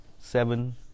seven